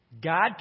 God